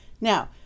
Now